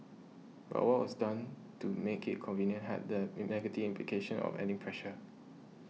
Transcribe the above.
but what was done to make it convenient had the negative implications of adding pressure